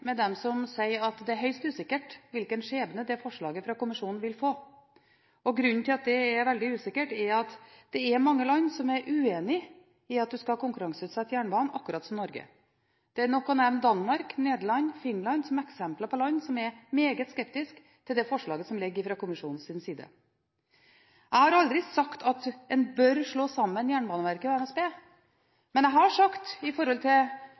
med dem som sier at det er høyst usikkert hvilken skjebne det forslaget fra kommisjonen vil få. Grunnen til at det er veldig usikkert, er at det er mange land som er uenig i at en skal konkurranseutsette jernbanen, akkurat som Norge. Det er nok å nevne Danmark, Nederland og Finland som eksempler på land som er meget skeptiske til det forslaget som ligger fra kommisjonen. Jeg har aldri sagt at en bør slå sammen Jernbaneverket med NSB, men jeg har med hensyn til